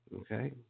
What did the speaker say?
Okay